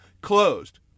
closed